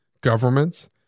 governments